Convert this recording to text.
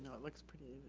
looks pretty